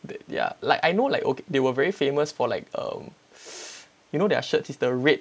that yeah like I know like they were very famous for like err you know their shirt is the red